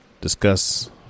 discuss